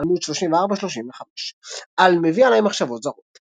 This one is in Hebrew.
עמ' 34–35. על "מביא עלי מחשבות זרות"